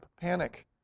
panic